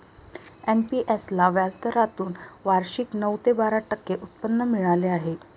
NPS ला व्याजदरातून वार्षिक नऊ ते बारा टक्के उत्पन्न मिळाले आहे